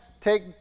Take